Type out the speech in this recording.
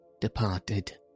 departed